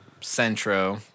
Centro